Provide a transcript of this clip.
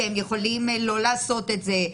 שהם יכולים לא לעשות את זה,